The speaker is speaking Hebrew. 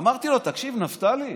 אמרתי לו: תקשיב, נפתלי,